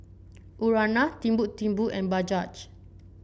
Urana Timbuk Timbuk and Bajaj